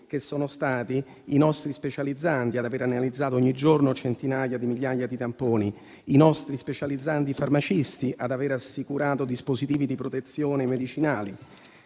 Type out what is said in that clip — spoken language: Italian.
che sono stati i nostri specializzandi ad aver analizzato ogni giorno centinaia di migliaia di tamponi, i nostri specializzandi farmacisti ad avere assicurato i dispositivi di protezione e i medicinali,